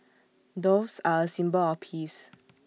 doves are A symbol of peace